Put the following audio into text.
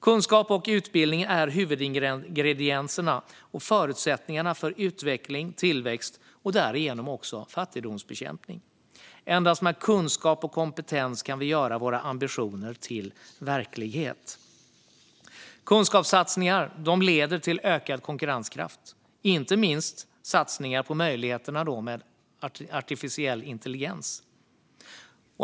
Kunskap och utbildning är huvudingredienserna och förutsättningarna för utveckling, tillväxt och därigenom också fattigdomsbekämpning. Endast med kunskap och kompetens kan vi göra våra ambitioner till verklighet. Kunskapssatsningar leder till ökad konkurrenskraft, inte minst satsningar på möjligheterna med artificiell intelligens.